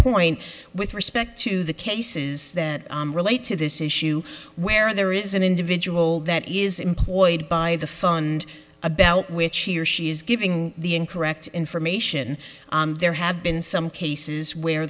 point with respect to the cases that relate to this issue where there is an individual that is employed by the fund about which he or she is giving the incorrect information there have been some cases where